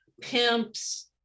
pimps